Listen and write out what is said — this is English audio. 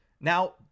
Now